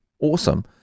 awesome